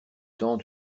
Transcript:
temps